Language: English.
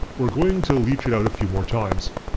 we're going to leach it out a few more times.